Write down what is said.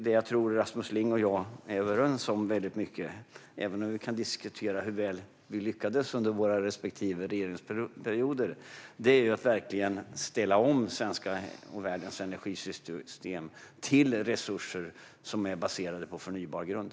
Det jag tror att Rasmus Ling och jag är väldigt väl överens om, även om vi kan diskutera hur väl vi lyckades under våra respektive regeringsperioder, är att verkligen ställa om Sveriges och världens energisystem till resurser som är baserade på förnybar grund.